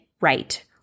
right